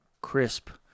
crisp